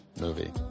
movie